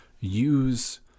use